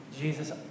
Jesus